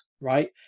right